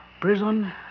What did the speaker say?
Prison